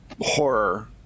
horror